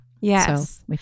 Yes